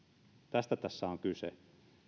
tästä tässä on kyse